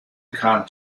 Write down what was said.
khan